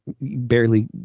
barely